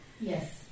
Yes